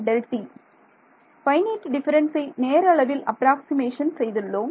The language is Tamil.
ஃபைனைட் டிஃபரன்சை நேர அளவில் அப்ராக்ஸிமேஷன் செய்துள்ளோம்